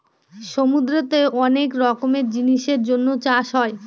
সমুদ্রতে অনেক রকমের জিনিসের জন্য চাষ হয়